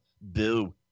Boo